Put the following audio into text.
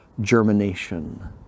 germination